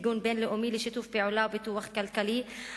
ארגון בין-לאומי לשיתוף פעולה ופיתוח כלכלי,